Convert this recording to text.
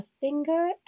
finger